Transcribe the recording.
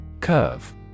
Curve